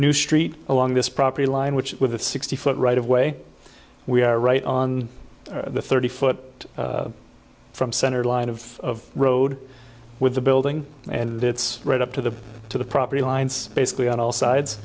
new street along this property line which with a sixty foot right of way we are right on the thirty foot from center line of road with the building and it's right up to the to the property lines basically on all sides